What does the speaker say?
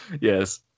Yes